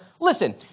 listen